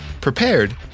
prepared